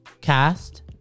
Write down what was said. cast